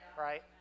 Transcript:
right